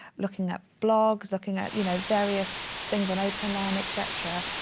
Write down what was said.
looking at blogs, looking at you know various things on openlearn, et cetera,